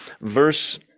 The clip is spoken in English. Verse